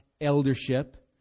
eldership